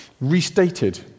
restated